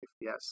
Yes